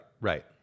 right